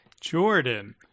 Jordan